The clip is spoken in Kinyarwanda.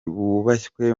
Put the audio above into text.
bubashywe